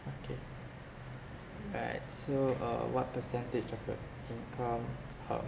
okay right so uh what percentage of your income cov~